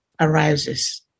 arises